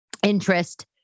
interest